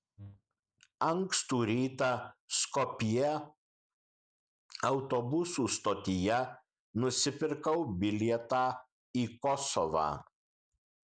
ankstų rytą skopjė autobusų stotyje nusipirkau bilietą į kosovą